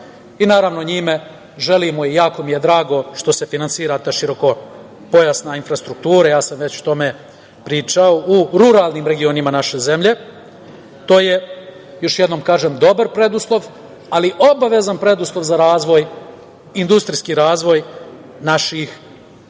i, naravno, njime želimo i jako mi je drago što se finansira širokopojasna infrastruktura, ja sam već o tome pričao, u ruralnim regionima naše zemlje. To je, još jednom kažem, dobar preduslov, ali obavezan preduslov za razvoj, industrijski razvoj naših krajeva,